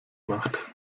macht